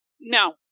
No